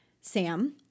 Sam